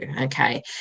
okay